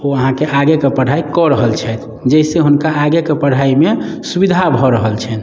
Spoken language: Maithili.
ओ अहाँके आगेके पढ़ाइ कऽ रहल छथि जेहिसँ हुनका आगेके पढ़ाइमे सुविधा भऽ रहल छनि